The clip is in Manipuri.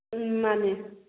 ꯎꯟ ꯃꯥꯅꯦ